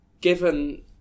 given